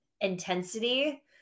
intensity